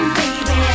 baby